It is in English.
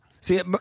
See